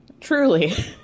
truly